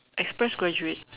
express graduate